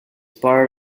part